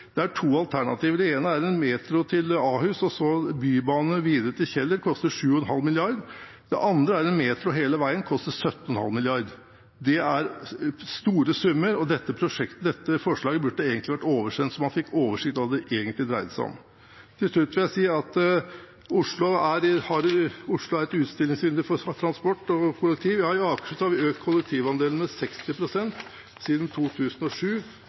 to alternativer. Det ene er metro til Ahus og så bybane videre til Kjeller, det koster 7,5 mrd. kr. Det andre er metro hele veien, det koster 17, 5 mrd. kr. Det er store summer. Dette forslaget burde egentlig vært oversendt, slik at man fikk oversikt over hva det egentlig dreide seg om. Til slutt vil jeg si at Oslo er et utstillingsvindu for kollektivtransport. I Akershus har vi økt kollektivandelen med 60 pst. siden 2007, og